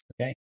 Okay